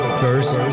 first